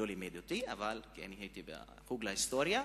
הוא לא לימד אותי, כי אני הייתי בחוג להיסטוריה,